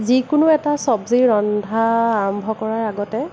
যিকোনো এটা চবজি ৰন্ধা আৰম্ভ কৰাৰ আগতে